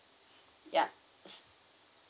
yup